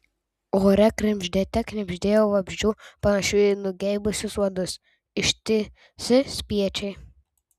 ore knibždėte knibždėjo vabzdžių panašių į nugeibusius uodus ištisi spiečiai